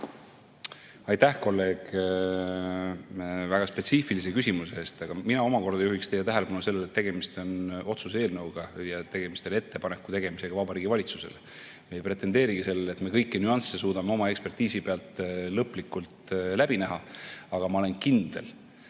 Aitäh, kolleeg, väga spetsiifilise küsimuse eest! Mina omakorda juhin teie tähelepanu sellele, et tegemist on otsuse eelnõuga ja tegemist on ettepaneku tegemisega Vabariigi Valitsusele. Me ei pretendeerigi sellele, et me kõiki nüansse suudaksime oma ekspertiisi pealt lõplikult läbi näha. Aga ma olen kindel,